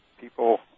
people